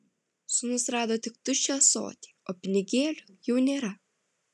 sūnus rado tik tuščią ąsotį o pinigėlių jau nėra